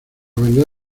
verdad